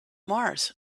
mars